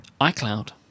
iCloud